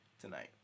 tonight